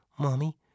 Mommy